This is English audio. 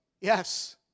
Yes